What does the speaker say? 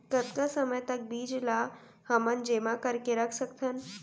कतका समय तक बीज ला हमन जेमा करके रख सकथन?